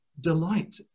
delight